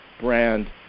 brand